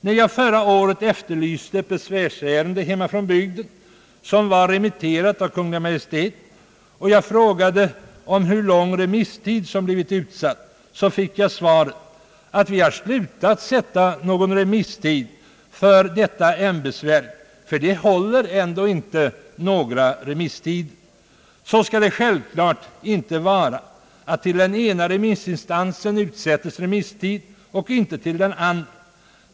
När jag förra året efterlyste ett besvärsärende från min hembygd, som var remitterat av Kungl. Maj:t, och frågade hur lång remisstid som blivit utsatt, fick jag svaret att man har slutat att sätta ut någon remisstid för detta ämbetsverk, ty vederbörande håller ändå inte några remisstider. Det skall självklart inte vara så, att remisstid utsättes för den ena remissinstansen men inte för den andra.